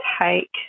take